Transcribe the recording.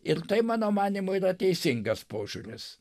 ir tai mano manymu yra teisingas požiūris